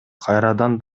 кайрадан